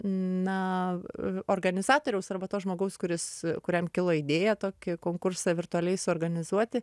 na organizatoriaus arba to žmogaus kuris kuriam kilo idėja tokį konkursą virtualiai suorganizuoti